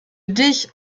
dich